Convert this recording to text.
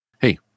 Hey